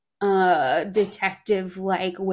detective-like